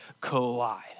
collide